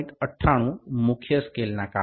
98 મુખ્ય સ્કેલના કાપા બરાબર 0